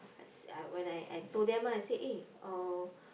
I said when I I told them ah I say uh